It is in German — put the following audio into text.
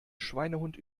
schweinehund